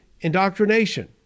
indoctrination